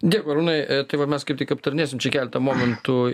dėkui arūnai tai va mes kaip tik aptarinėsim čia keletą momentų